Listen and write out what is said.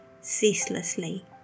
ceaselessly